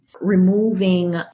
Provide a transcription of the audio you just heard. removing